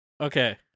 Okay